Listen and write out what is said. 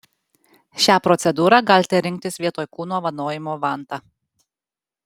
šią procedūrą galite rinktis vietoj kūno vanojimo vanta